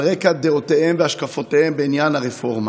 על רקע דעותיהם והשקפותיהם בעניין הרפורמה.